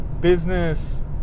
business